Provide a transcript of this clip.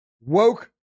woke